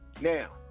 Now